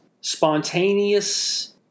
Spontaneous